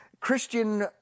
Christian